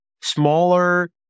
smaller